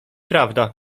prawda